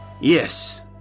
Yes